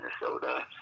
Minnesota